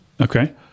okay